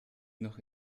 noch